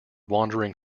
wandering